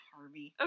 Harvey